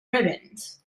ribbons